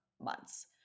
months